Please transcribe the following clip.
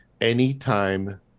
anytime